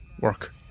work